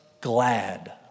glad